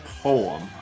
poem